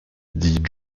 dit